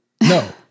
No